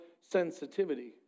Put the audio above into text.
sensitivity